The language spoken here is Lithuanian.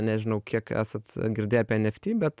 nežinau kiek esat girdėję apie enefty bet